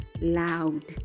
loud